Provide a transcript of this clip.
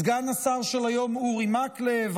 סגן השר של היום אורי מקלב,